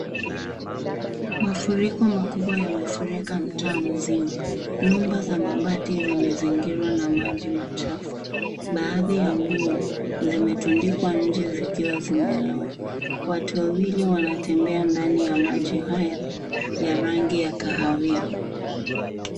Mafuriko makubwa yamefurika mtaa mzima. Nyumba za mabati zimezingirwa na maji machafu. Baadhi ya nguo zimetundikwa nje zikiwa zimelowa. Watu wawili wanatembea ndani ya maji haya ya rangi ya kahawia.